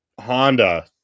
Honda